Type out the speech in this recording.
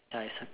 ya I start